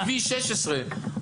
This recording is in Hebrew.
כביש 16,